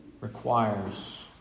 requires